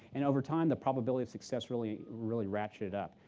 and over time, the probability of success really really ratcheted up.